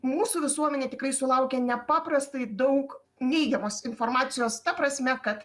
mūsų visuomenė tikrai sulaukia nepaprastai daug neigiamos informacijos ta prasme kad